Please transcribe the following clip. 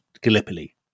Gallipoli